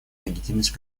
легитимность